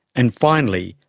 and finally,